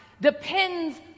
depends